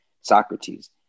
Socrates